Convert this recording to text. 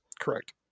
Correct